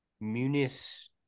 munis